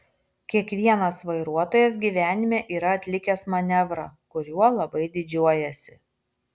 kiekvienas vairuotojas gyvenime yra atlikęs manevrą kuriuo labai didžiuojasi